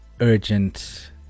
urgent